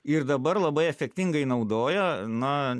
ir dabar labai efektingai naudoja na